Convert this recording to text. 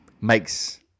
Makes